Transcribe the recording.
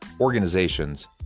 organizations